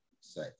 say